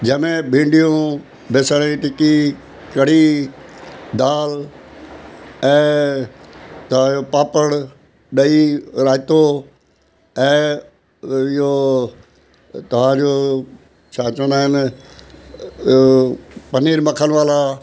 जंहिं में भींडियूं बेसण जी टिकी कड़ी दालि ऐं तव्हांजो पापड़ ॾही रायतो ऐं इहो तव्हांजो छा चवंदा आहिनि पनीर मखनि वाला